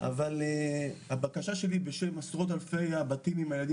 אבל הבקשה שלי בשם עשרות אלפי בתים עם ילדים